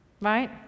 Right